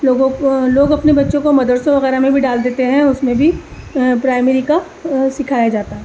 لوگوں لوگ اپنے بچوں کو مدرسوں وغیرہ میں بھی ڈال دیتے ہیں اس میں بھی پرائمری کا سکھایا جاتا ہے